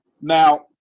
Now